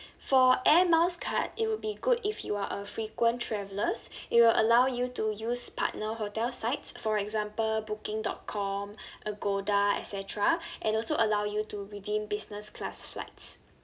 for air miles card it will be good if you are a frequent travellers it will allow you to use partner hotel sites for example booking dot com agoda et cetera and also allow you to redeem business class flights